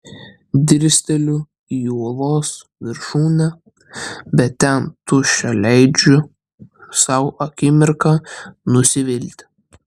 dirsteliu į uolos viršūnę bet ten tuščia leidžiu sau akimirką nusivilti